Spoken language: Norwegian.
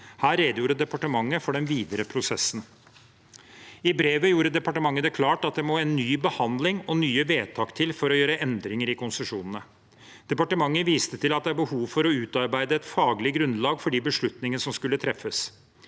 Her redegjorde departementet for den videre prosessen. I brevet gjorde departementet det klart at det må en ny behandling og nye vedtak til for å gjøre endringer i konsesjonene. Departementet viste til at det var behov for å utarbeide et faglig grunnlag for de beslutningene som skulle treffes.